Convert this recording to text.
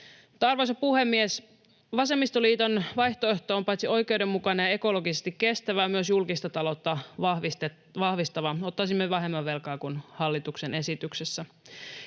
Arvoisa puhemies! Vasemmistoliiton vaihtoehto on paitsi oikeudenmukainen ja ekologisesti kestävä myös julkista taloutta vahvistava. Ottaisimme vähemmän velkaa kuin hallituksen esityksessä.